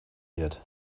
wird